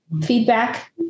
feedback